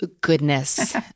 goodness